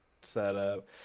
setup